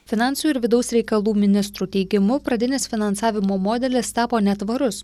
finansų ir vidaus reikalų ministrų teigimu pradinis finansavimo modelis tapo netvarus